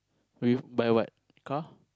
with by what car